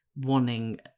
wanting